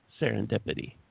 serendipity